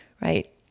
right